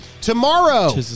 Tomorrow